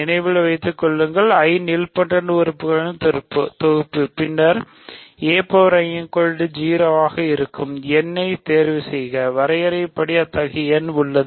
நினைவில் வைத்து கொள்ளுங்கள் I நல்போடென்ட் உறுப்புகளின் தொகுப்பு பின்னர்ஆக இருக்கும் n ஐ தேர்வுசெய்க வரையறையின்படி அத்தகைய n உள்ளது